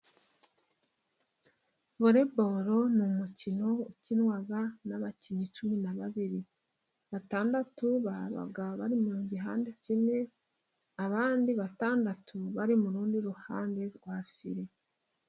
Volebolo ni umukino ukinwa n'abakinnyi cumi na babiri ,batandatu baba bari mu gihande kimwe ,abandi batandatu bari mu rundi ruhande rwa file.